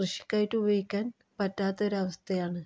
കൃഷിക്കായിട്ട് ഉപയോഗിക്കാൻ പറ്റാത്തൊരവസ്ഥയാണ്